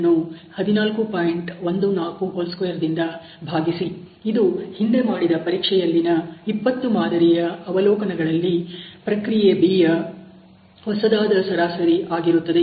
14² ಭಾಗಿಸಿ ಇದು ಹಿಂದೆ ಮಾಡಿದ ಪರೀಕ್ಷೆಯಲ್ಲಿನ 20 ಮಾದರಿಯ ಅವಲೋಕನ ಗಳಲ್ಲಿ ಪ್ರಕ್ರಿಯೆ B ಯ ಹೊಸದಾದ ಸರಾಸರಿ ಆಗಿರುತ್ತದೆ